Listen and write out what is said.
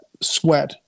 sweat